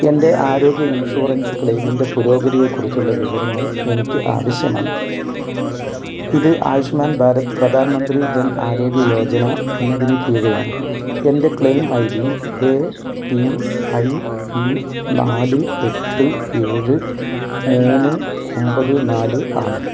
എൻ്റെ ആരോഗ്യ ഇൻഷുറൻസ് ക്ലെയിമിൻ്റെ പുരോഗതിയെക്കുറിച്ചുള്ള വിവരങ്ങൾ എനിക്ക് ആവശ്യമാണ് ഇത് ആയുഷ്മാൻ ഭാരത് പ്രധാൻ മന്ത്രി ജൻ ആരോഗ്യ യോജന എന്നതിന് കീഴെയാണ് എൻ്റെ claim I D A P I E നാല് എട്ട് ഏഴ് മൂന്ന് ഒമ്പത് നാല് ആണ്